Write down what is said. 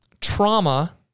trauma